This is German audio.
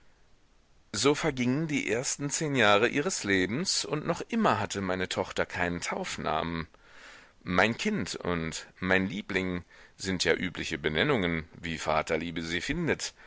so vergingen die ersten zehn jahre ihres lebens und noch immer hatte meine tochter keinen taufnamen mein kind und mein liebling sind ja übliche benennungen wie vaterliebe sie findet